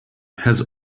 has